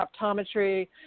optometry